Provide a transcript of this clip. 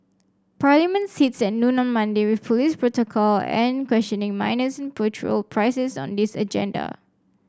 parliament sits at noon on Monday with police protocol an questioning minors petrol prices on this agenda